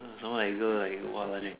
sound like girl like !wah! lah